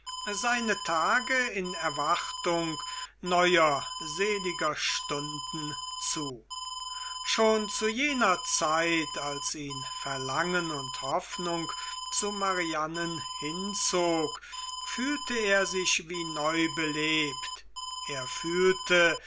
seine tage in erwartung neuer seliger stunden zu schon zu jener zeit als ihn verlangen und hoffnung zu marianen hinzog fühlte er sich wie neu belebt er fühlte